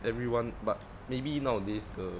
everyone but maybe nowadays the